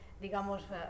digamos